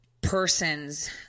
persons